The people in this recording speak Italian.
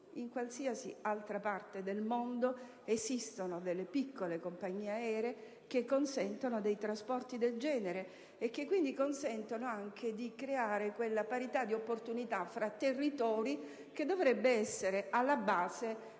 In qualsiasi altra parte del mondo esistono piccole compagnie aeree che consentono trasporti del genere e che finiscono con il creare una parità di opportunità tra territori che dovrebbe essere alla base del federalismo;